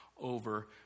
over